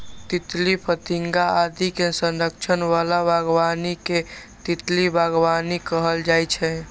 तितली, फतिंगा आदि के संरक्षण बला बागबानी कें तितली बागबानी कहल जाइ छै